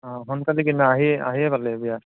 অ' সোনকালে কিনা আহি আহিয়ে পালে বিয়া